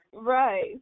Right